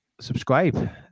subscribe